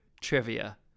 trivia